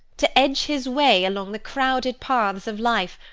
to edge his way along the crowded paths of life,